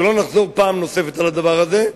שלא נחזור פעם נוספת על הדבר הזה.